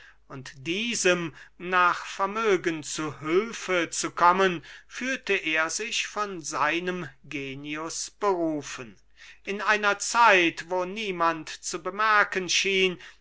und diesem nach vermögen zu hülfe zu kommen fühlte er sich von seinem genius berufen in einer zeit wo niemand zu bemerken schien